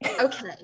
okay